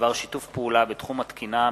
בדבר שיתוף פעולה בתחום התקינה,